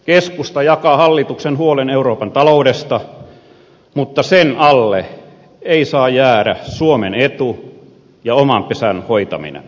keskusta jakaa hallituksen huolen euroopan taloudesta mutta sen alle ei saa jäädä suomen etu ja oman pesän hoitaminen